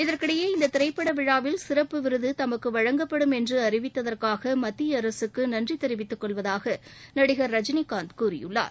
இதற்கிடையே இந்த திரைப்பட விழாவில் சிறப்பு விருது தமக்கு வழங்கப்படும் என்று அறிவித்ததற்காக மத்திய அரசுக்கு நன்றி தெரிவித்துக் கொள்வதாக நடிகர் ரஜினிகாந்த் கூறியுள்ளார்